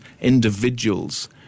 individuals